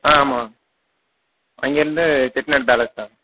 ஆ ஆமாம் அங்கேயிருந்து செட்டிநாடு பேலஸ்ஸா